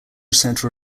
centre